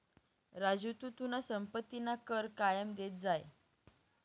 राजू तू तुना संपत्तीना कर कायम देत जाय